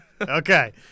Okay